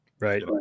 Right